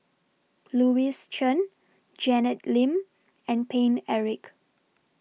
Louis Chen Janet Lim and Paine Eric